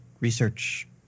research